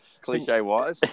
cliche-wise